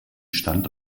stand